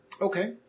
Okay